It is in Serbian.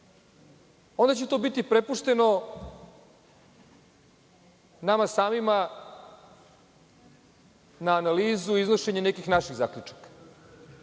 onda će to biti prepušteno nama samima na analizu i iznošenje nekih naših zaključaka.